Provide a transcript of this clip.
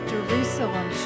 Jerusalem